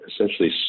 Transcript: essentially